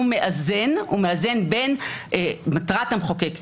הוא מאזן בין מטרת המחוקק,